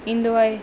ईंदो आहे